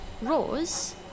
Rose